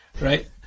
Right